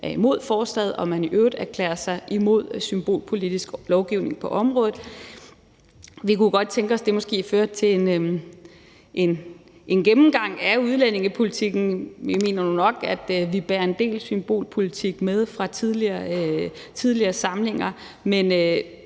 er imod forslaget, og at man i øvrigt erklærer sig imod symbolpolitisk lovgivning på området. Vi kunne godt tænke os, at det måske førte til en gennemgang af udlændingepolitikken. Radikale mener jo nok, at vi bærer en del symbolpolitik med fra tidligere samlinger, men